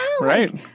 right